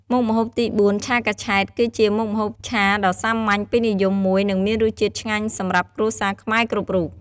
មុខម្ហូបទីបួន ឆាកញ្ឆែត គឺជាមុខម្ហូបឆាដ៏សាមញ្ញ ពេញនិយមមួយ និងមានរសជាតិឆ្ងាញ់សម្រាប់គ្រួសារខ្មែរគ្រប់រូប។